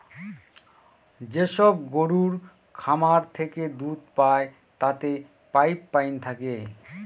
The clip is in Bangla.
যেসব গরুর খামার থেকে দুধ পায় তাতে পাইপ লাইন থাকে